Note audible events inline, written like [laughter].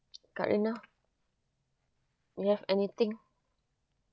[noise] kak rina you have anything